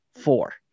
four